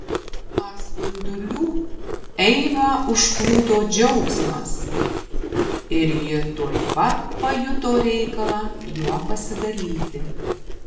nuo spindulių eivą užplūdo džiaugsmas ir ji tuoj pat pajuto reikalą juo pasidalyti